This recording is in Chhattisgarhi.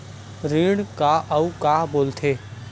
ऋण का अउ का बोल थे?